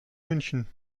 münchen